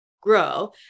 grow